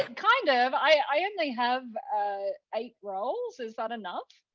kind of. i only have eight rolls. is that enough?